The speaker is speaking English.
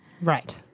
Right